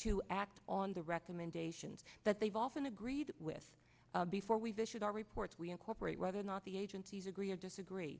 to act on the recommendations that they've often agreed with before we've issued our reports we incorporate whether or not the agencies agree or disagree